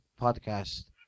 podcast